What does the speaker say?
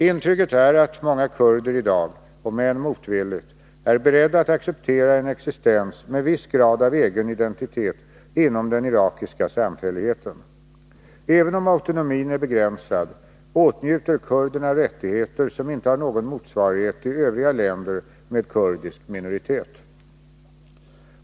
Intrycket är att många kurder i dag — om än motvilligt — är beredda acceptera en existens med viss grad av egen identitet inom den irakiska samfälligheten. Även om autonomin är begränsad åtnjuter kurderna rättigheter som inte har någon motsvarighet i övriga länder med kurdisk minoritet.